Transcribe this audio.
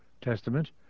Testament